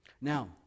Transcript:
Now